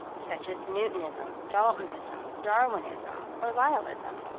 such as newtonism, daltonism, darwinism, or lyellism.